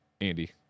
Andy